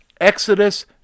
Exodus